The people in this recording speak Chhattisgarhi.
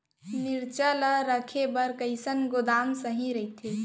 मिरचा ला रखे बर कईसना गोदाम सही रइथे?